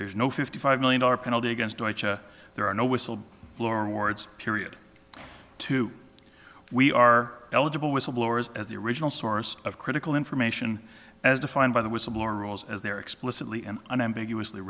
there's no fifty five million dollars penalty against there are no whistle blower awards period to we are eligible whistleblowers as the original source of critical information as defined by the whistleblower rules as they are explicitly and unambiguous